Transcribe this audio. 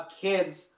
kids